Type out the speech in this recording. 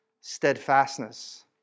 steadfastness